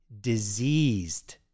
diseased